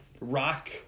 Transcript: rock